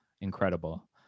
incredible